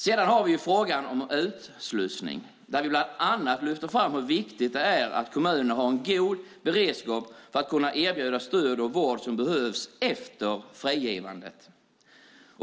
Sedan har vi frågan om utslussning, där vi bland annat lyfter fram hur viktigt det är att kommunerna har en god beredskap för att kunna erbjuda stöd och vård som behövs efter frigivandet.